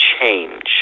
change